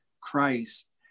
Christ